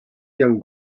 young